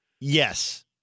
Yes